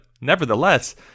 nevertheless